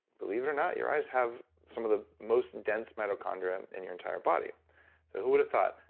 believe it or not, your eyes have some of the most dense mitochondria in your entire body. so who would've thought?